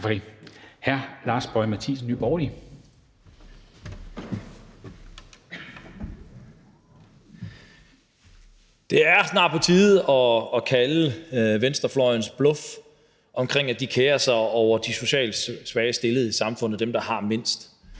Lars Boje Mathiesen (NB): Det er snart på tide at afsløre venstrefløjens bluff om, at de kerer sig om de socialt svagest stillede i samfundet – dem, der har mindst.